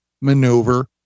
maneuver